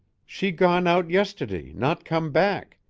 she gone out yestiddy, not come back.